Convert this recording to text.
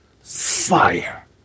fire